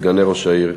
סגני ראש העיר,